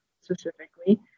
specifically